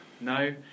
No